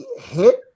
hit